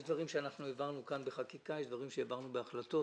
יש דברים שאנחנו העברנו כאן בחקיקה ויש דברים שהעברנו בהחלטות